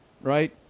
right